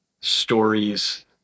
stories